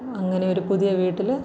അങ്ങനെയൊരു പുതിയ വീട്ടിൽ